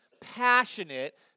passionate